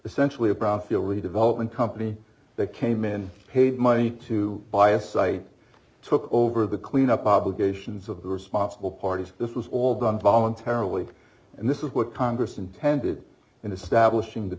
essentially a profit already development company they came in paid money to buy a site took over the clean up obligations of the responsible parties this was all done voluntarily and this is what congress intended in establishing the